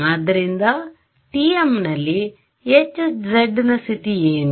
ಆದ್ದರಿಂದ TMನಲ್ಲಿ Hz ಸ್ಥಿತಿ ಏನು